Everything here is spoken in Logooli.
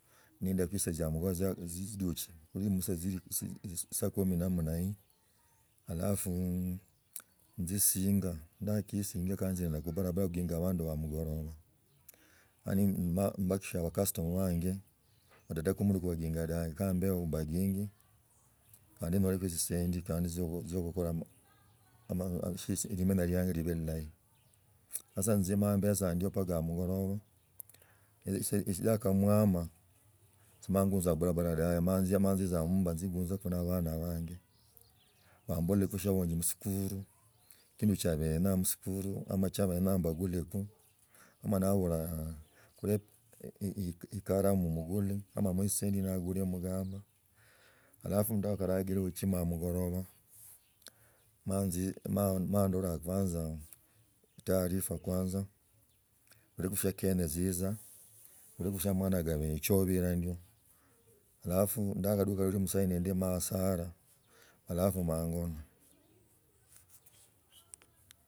Nindaa saa chanje jibaa nichidushe, saa kumi namnahii, halafs nzisinynjilami kisua, ndakaesinga, kanjenda khubarabara khukinga abandu amugoroba yani mava embakisha bacustomer bange bateta kumula kubaginja dabe ka mbihu mbaginge, khandi nyulzku tsisendi kandi tziokukola limenya lianje libz lilahi. Sasa ise mbaa nimbetsa ndio mbaka amugoloba, yakamwama simala nguza khubarabara dabe emala, mala nzia nzo ammumba nzie guenzeku na obana abanje, bamboloko shiabobalwa kusikuli lakini chiabina musikulu ama chiabina mbaluliku; ama nabula ekaramu mugule, amajemuhe tsisenti na guria mukamba halafu ndakarachila obichima amugomba. Mala ndolaa kwanza taarifa kwanza loleks shia, kenya ezitzaa, loleku chia mwana alie chuba elo ndio, halafu ndakaduka msandi mala esala halafs maangona.